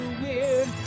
weird